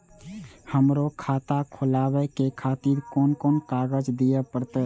हमरो खाता खोलाबे के खातिर कोन कोन कागज दीये परतें?